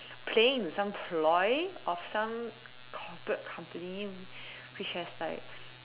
playing with some ploy of some corporate company which has like